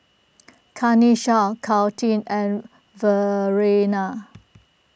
Kanesha Caitlin and Verena